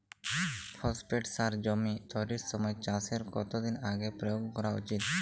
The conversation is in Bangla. ফসফেট সার জমি তৈরির সময় চাষের কত দিন আগে প্রয়োগ করা উচিৎ?